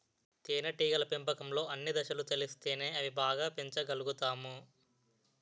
తేనేటీగల పెంపకంలో అన్ని దశలు తెలిస్తేనే అవి బాగా పెంచగలుతాము